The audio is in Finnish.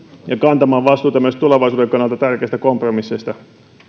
ja kantamaan vastuuta myös tulevaisuuden kannalta tärkeistä kompromisseista